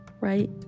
right